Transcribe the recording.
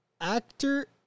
actor